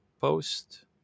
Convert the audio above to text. post